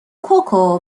کوکو